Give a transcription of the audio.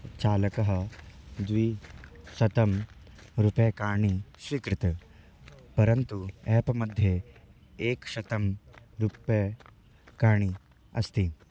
चालकः द्विशतं रूप्यकाणि स्वीकृतवान् परन्तु एप् मध्ये एकशतं रूप्यकाणि अस्ति